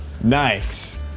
Nice